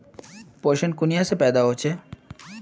पोषण कुनियाँ से पैदा होचे?